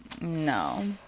no